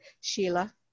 Sheila